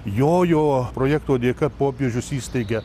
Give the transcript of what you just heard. jojo projekto dėka popiežius įsteigia